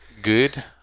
good